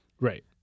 right